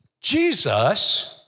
Jesus